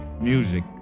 music